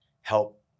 help